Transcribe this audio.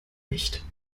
nicht